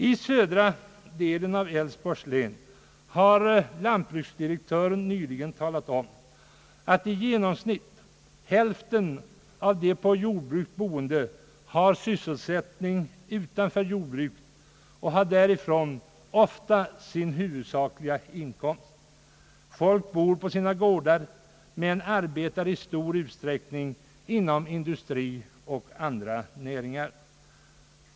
I södra delen av Älvsborgs län har lantbruksdirektören nyligen talat om, att i genomsnitt hälften av de på jordbruket boende har sysselsättning utanför jordbruket och har ofta därifrån sin huvudsakliga inkomst. Folk bor på sina gårdar men arbetar i stor utsträckning inom industri och andra näringar.